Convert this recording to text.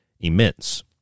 immense